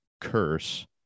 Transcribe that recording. curse